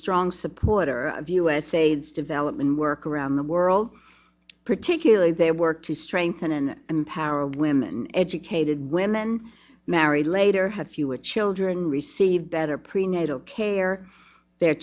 strong supporter of u s aids development work around the world particularly they work to strengthen and empower women educated women marry later have fewer children receive better prenatal care their